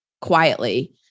quietly